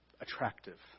attractive